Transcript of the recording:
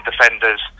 defenders